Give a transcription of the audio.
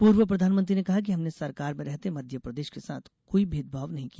पूर्व प्रधानमंत्री ने कहा कि हमने सरकार में रहते मध्यप्रदेश के साथ कोई भेदभाव नही किया